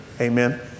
Amen